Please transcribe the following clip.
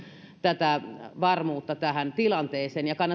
varmuutta tähän tilanteeseen